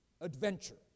Adventure